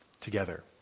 together